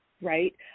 right